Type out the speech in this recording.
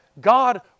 God